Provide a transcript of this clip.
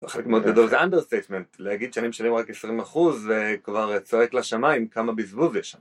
החלק מאוד גדול זה אנדרסטייטמנט, להגיד שאני משנים רק 20% זה כבר צועק לשמיים כמה בזבוז יש שם.